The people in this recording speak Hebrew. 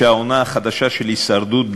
שהעונה החדשה של הישרדות,